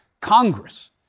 Congress